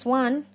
one